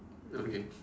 okay